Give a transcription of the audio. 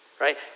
Right